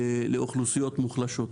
לאוכלוסיות מוחלשות.